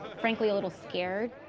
frankly, a little scared.